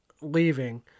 leaving